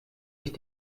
ich